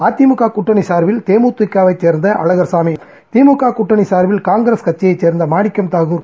அஇஅதிமுக கூட்டணி சார்பில் தேமுதிகவை சேர்ந்த அழகர்சாமி திமுக கூட்டணி சார்பில் காங்கிரஸ் கட்சியை சேர்ந்த மாணிக்தாகூர்